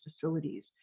facilities